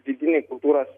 vidinį kultūros